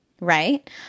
right